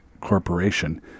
Corporation